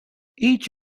each